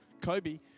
Kobe